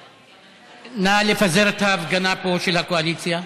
נא לפזר את ההפגנה פה של הקואליציה.